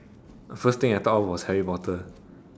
first thing I thought of was Harry Potter